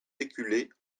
éculées